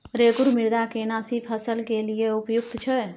रेगुर मृदा केना सी फसल के लिये उपयुक्त छै?